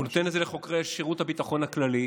והוא נותן את זה לחוקרי שירות הביטחון הכללי.